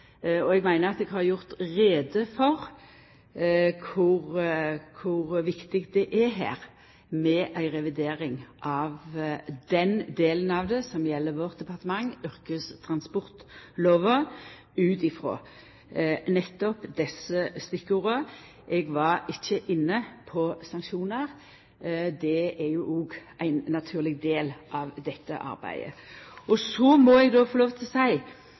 Eg meiner at eg har gjort greie for kor viktig det her er med ei revidering av den delen av det som gjeld vårt departement – yrkestransportlova – utifrå nettopp desse stikkorda. Eg var ikkje inne på sanksjonar, det er òg ein naturleg del av dette arbeidet. Så må eg få lov til å